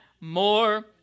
more